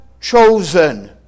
chosen